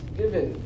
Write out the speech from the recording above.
given